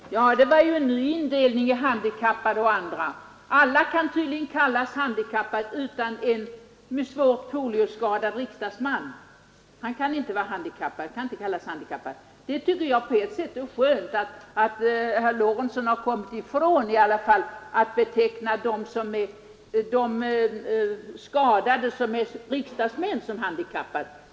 Herr talman! Det här var ju en ny indelning i handikappade och andra. Alla kan tydligen kallas handikappade utom en svårt polioskadad riksdagsman. På ett sätt är det ju skönt att herr Lorentzon i alla fall har kommit ifrån att beteckna skadade riksdagsmän som handikappade.